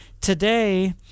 today